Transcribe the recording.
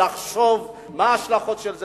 לחשוב מה ההשלכות של זה.